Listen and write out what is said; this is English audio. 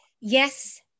yes